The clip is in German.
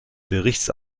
berichts